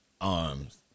arms